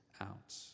out